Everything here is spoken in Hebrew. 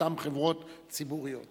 אותן חברות ציבוריות.